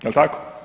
Jel tako?